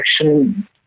action